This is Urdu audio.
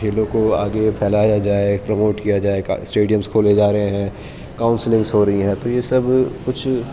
کھیلوں کو آگے پھیلایا جائے پروموٹ کیا جائے کا اسٹیڈیمس کھولے جا رہے ہیں کاؤنسلنگس ہو رہی ہیں تو یہ سب کچھ